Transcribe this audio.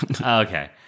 Okay